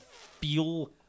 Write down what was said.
feel